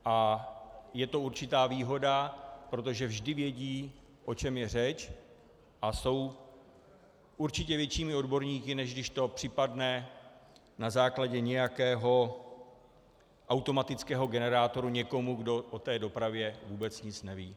A je to určitá výhoda, protože vždy vědí, o čem je řeč, a jsou určitě většími odborníky, než když to připadne na základě nějakého automatického generátoru někomu, kdo o té dopravě vůbec nic neví.